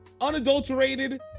unadulterated